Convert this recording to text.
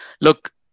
Look